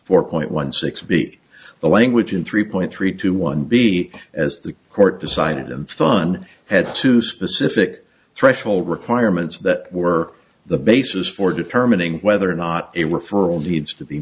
four point one six b the language in three point three two one b as the court decided and fun had two specific threshold requirements that were the basis for determining whether or not a referral needs to be